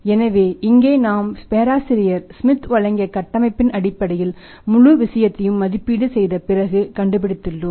எனவே இங்கே நாம் பேராசிரியர் ஸ்மித் வழங்கிய கட்டமைப்பின் அடிப்படையில் முழு விஷயத்தையும் மதிப்பீடு செய்த பிறகு கண்டுபிடித்துள்ளோம்